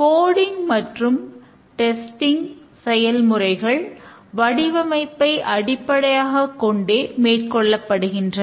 coding செயல்முறைகள் வடிவமைப்பை அடிப்படையாகக் கொண்டே மேற்கொள்ளப்படுகின்றன